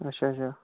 اچھا اچھا